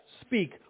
speak